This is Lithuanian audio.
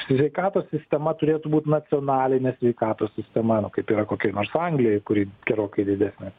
sveikatos sistema turėtų būt nacionalinė sveikatos sistema nu kaip yra kokioj nors anglijoj kuri gerokai didesnė